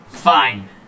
Fine